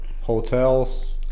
hotels